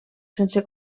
sense